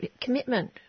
commitment